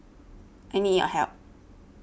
I need your help